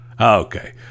Okay